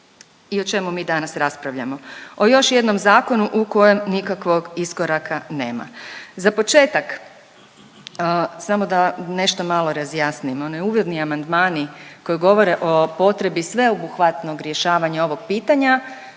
I o čemu mi danas raspravljamo? O još jednom zakonu u kojem nikakvog iskoraka nema. Za početak samo da nešto malo razjasnimo, oni uvodni amandmani koji govore o potrebi sveobuhvatnog rješavanja ovog pitanja,